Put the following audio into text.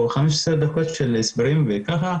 או חמש עשרה דקות של הסברים וככה,